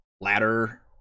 ladder